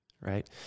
right